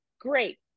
great